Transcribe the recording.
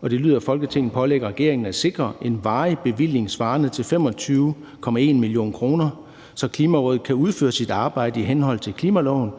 og det lyder: Folketinget pålægger regeringen at sikre en varig bevilling svarende til 25,1 mio. kr., så Klimarådet kan udføre sit arbejde i henhold til klimaloven,